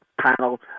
panel